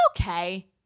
okay